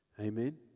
Amen